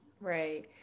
right